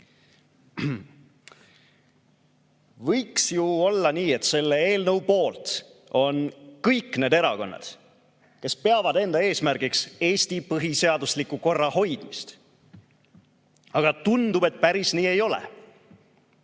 Võiks ju olla nii, et selle eelnõu poolt on kõik need erakonnad, kes peavad enda eesmärgiks Eesti põhiseadusliku korra hoidmist. Aga tundub, et päris nii ei ole.